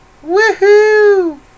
Woohoo